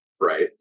right